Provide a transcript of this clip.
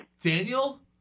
Daniel